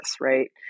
right